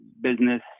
business